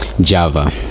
Java